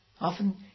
often